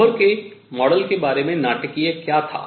Bohr के model के बारे में नाटकीय क्या था